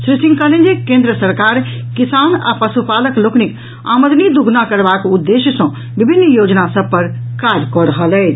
श्री सिंह कहलनि जे केन्द्र सरकार किसान आ पशुपालक लोकनिक आमदनी दुगूना करबाक उद्देश्य सॅ विभिन्न योजना सभ पर काज कऽ रहल अछि